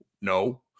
No